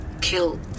kill